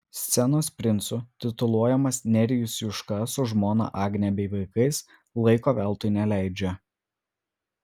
scenos princu tituluojamas nerijus juška su žmona agne bei vaikais laiko veltui neleidžia